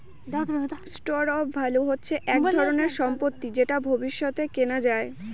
store of value হচ্ছে এক ধরনের সম্পত্তি যেটা ভবিষ্যতে কেনা যায়